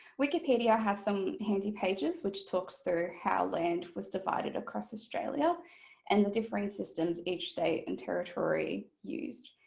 wikipedia has some handy pages which talks through how land was divided across australia and the differing systems each state and territory used.